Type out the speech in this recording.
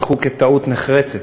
הוכחה כטעות נחרצת.